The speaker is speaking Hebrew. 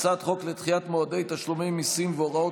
הצעת חוק לדחיית מועדי תשלומי מיסים והוראות